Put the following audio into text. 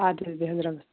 اَدٕ حظ بیٚیہِ حظ رۄبس